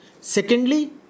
Secondly